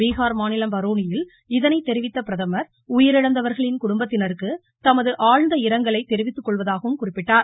பீகார் மாநிலம் பரோனியில் இதனைத் தெரிவித்த பிரதமர் உயிரிழந்தவர்களின் குடும்பத்தினருக்கு தமது ஆழ்ந்த இரங்கலை தெரிவித்துக்கொள்வதாகவும் குறிப்பிட்டார்